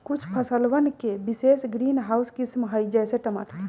कुछ फसलवन के विशेष ग्रीनहाउस किस्म हई, जैसे टमाटर